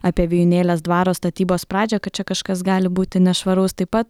apie vijūnėlės dvaro statybos pradžią kad čia kažkas gali būti nešvaraus taip pat